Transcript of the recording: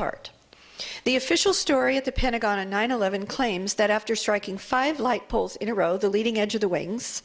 of the official story at the pentagon on nine eleven claims that after striking five light poles in a row the leading edge of the way things